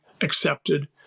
accepted